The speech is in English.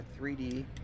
3D